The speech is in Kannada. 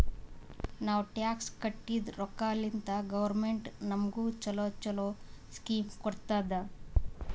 ನಾವ್ ಟ್ಯಾಕ್ಸ್ ಕಟ್ಟಿದ್ ರೊಕ್ಕಾಲಿಂತೆ ಗೌರ್ಮೆಂಟ್ ನಮುಗ ಛಲೋ ಛಲೋ ಸ್ಕೀಮ್ ಕೊಡ್ತುದ್